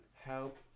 help